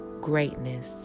greatness